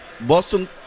Boston